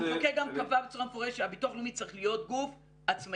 המחוקק גם קבע בצורה מפורשת שהביטוח הלאומי צריך להיות גוף עצמאי.